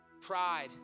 Pride